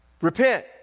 Repent